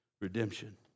Redemption